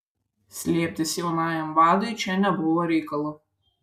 slėptis jaunajam vadui čia nebuvo reikalo